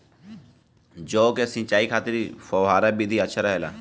जौ के सिंचाई खातिर फव्वारा विधि अच्छा रहेला?